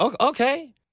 okay